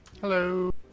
Hello